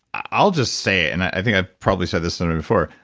i'll just say it, and i think i've probably said this somewhere before.